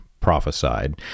prophesied